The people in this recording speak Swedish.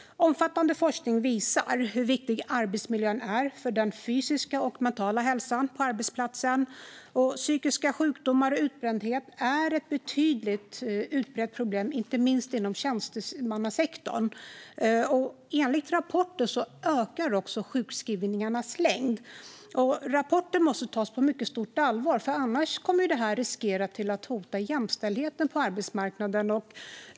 Omfattande forskning visar hur viktig arbetsmiljön är för den fysiska och mentala hälsan på arbetsplatsen. Psykiska sjukdomar och utbrändhet är ett betydande och utbrett problem, inte minst inom tjänstemannasektorn. Enligt rapporten ökar också sjukskrivningarnas längd. Rapporten måste tas på mycket stort allvar. Annars kommer det här att riskera att hota jämställdheten på arbetsmarknaden.